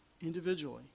individually